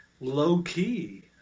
low-key